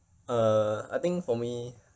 uh I think for me